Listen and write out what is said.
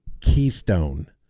keystone